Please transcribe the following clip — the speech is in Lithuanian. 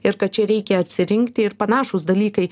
ir kad čia reikia atsirinkti ir panašūs dalykai